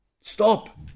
Stop